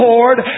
Lord